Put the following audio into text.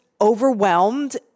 overwhelmed